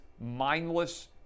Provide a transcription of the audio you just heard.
mindless